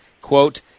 quote